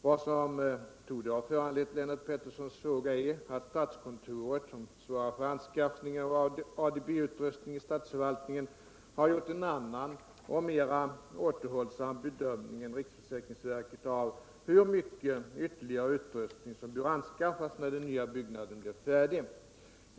Vad som torde ha föranlett Lennart Petterssons fråga är att statskontoret, som svarar för anskaffning av ADB-utrustning i statsförvaltningen, har gjort en annan och mer återhållsam bedömning än riksförsäkringsverket av hur mycket ytterligare utrustning som bör anskaffas när den nya byggnaden blir färdig.